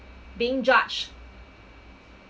being judged